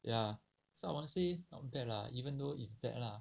ya so I must say not bad lah even though it's bad lah